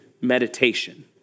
meditation